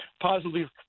positively